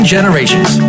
Generations